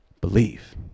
believe